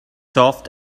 soft